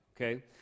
Okay